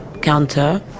counter